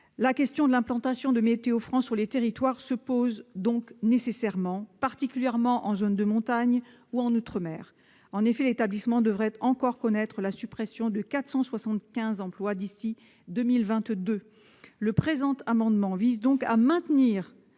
La question de l'implantation de Météo France sur les territoires se pose donc nécessairement, particulièrement en zone de montagne ou en outre-mer. En effet, l'établissement devrait encore connaître la suppression de 475 emplois d'ici à 2022. Le présent amendement vise à maintenir